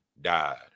died